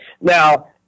Now